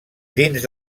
dins